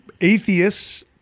atheists